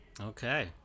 Okay